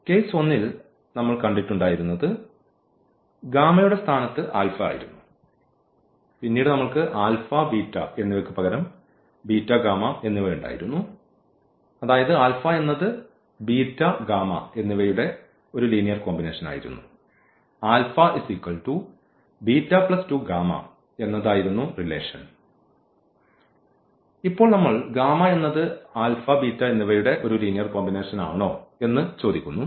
case ഒന്നിൽ നമ്മൾ കണ്ടിട്ട് ഉണ്ടായിരുന്നത് യുടെ സ്ഥാനത്ത് ആയിരുന്നു പിന്നീട് നമ്മൾക്ക് എന്നിവയ്ക്ക് പകരം എന്നിവ ഉണ്ടായിരുന്നു അതായത് എന്നത് എന്നിവയുടെ ഒരു ലീനിയർ കോമ്പിനേഷൻ ആയിരുന്നു എന്നതായിരുന്നു റിലേഷൻ ഇപ്പോൾ നമ്മൾ എന്നത് എന്നിവയുടെ ഒരു ലീനിയർ കോമ്പിനേഷനാണോ എന്ന് നമ്മൾ ചോദിക്കുന്നു